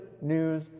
news